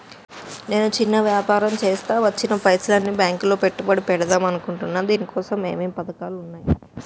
నేను చిన్న వ్యాపారం చేస్తా వచ్చిన పైసల్ని బ్యాంకులో పెట్టుబడి పెడదాం అనుకుంటున్నా దీనికోసం ఏమేం పథకాలు ఉన్నాయ్?